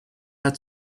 had